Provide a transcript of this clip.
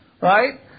right